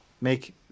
make